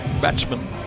batsman